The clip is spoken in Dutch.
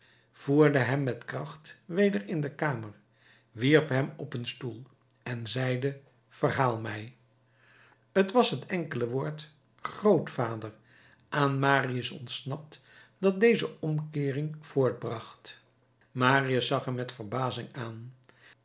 voerde hem met kracht weder in de kamer wierp hem op een stoel en zeide verhaal mij t was het enkele woord grootvader aan marius ontsnapt dat deze omkeering voortbracht marius zag hem met verbazing aan